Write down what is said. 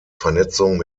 vernetzung